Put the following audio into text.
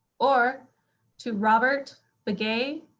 or to robert begay